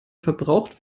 verbraucht